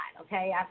okay